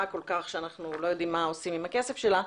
כל כך שאנחנו לא יודעים מה עושים עם הכסף שלה,